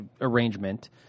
arrangement